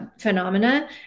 phenomena